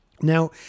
Now